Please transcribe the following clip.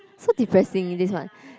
so depressing it is right